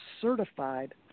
certified